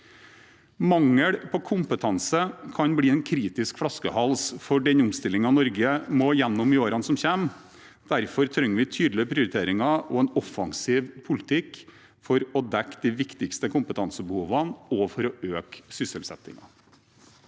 Mangel på kompetanse kan bli en kritisk flaskehals for den omstillingen Norge må gjennom i årene som kommer. Derfor trenger vi tydelige prioriteringer og en offensiv politikk for å dekke de viktigste kompetansebehovene og for å øke sysselsettingen.